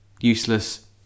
Useless